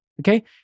Okay